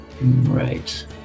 Right